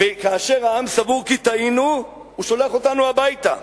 וכאשר העם סבור כי טעינו הוא שולח אותנו הביתה.